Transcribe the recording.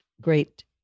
great